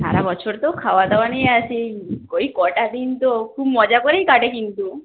সারা বছর তো খাওয়া দাওয়া নিয়ে আছি ওই কটা দিন তো খুব মজা করেই কাটে কিন্তু